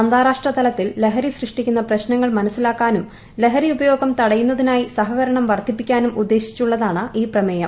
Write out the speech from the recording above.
അന്താരാഷ്ട്ര തലത്തിൽ ലഹരി സൃഷ്ടിക്കുന്ന പ്രശ്നങ്ങൾ മനസ്സിലാക്കാനും ലഹരി ഉപയോഗം തടയുന്നതിനായി സഹകരണം വർദ്ധിപ്പിക്കാനും ഉദ്ദേശിച്ചുള്ളതാണ് ഈ പ്രമേയം